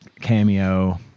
cameo